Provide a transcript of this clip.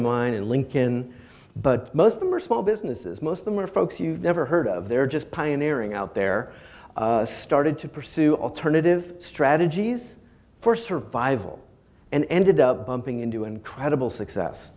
of mine and linkin but most of them are small businesses most of them are folks you've never heard of they're just pioneering out there started to pursue alternative strategies for survival and ended up bumping into incredible success